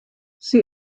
sie